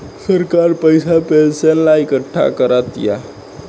सरकार पइसा पेंशन ला इकट्ठा करा तिया